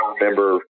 remember